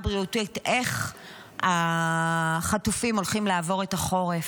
איך מבחינה בריאותית החטופים הולכים לעבור את החורף,